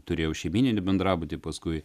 turėjau šeimyninį bendrabutį paskui